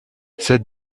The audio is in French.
cette